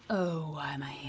oh why am i here?